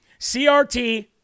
CRT